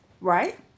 Right